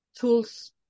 tools